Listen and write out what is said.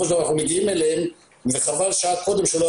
של דבר אנחנו מגיעים אליהם וחבל שלא הגענו שעה קודם.